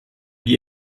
die